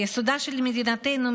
יסודה של מדינתנו,